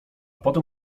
potem